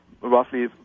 roughly